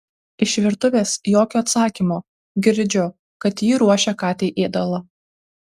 iš virtuvės jokio atsakymo girdžiu kad ji ruošia katei ėdalą